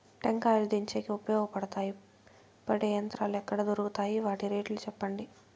టెంకాయలు దించేకి ఉపయోగపడతాయి పడే యంత్రాలు ఎక్కడ దొరుకుతాయి? వాటి రేట్లు చెప్పండి?